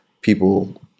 people